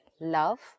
love